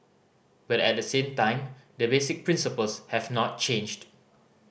but at the same time the basic principles have not changed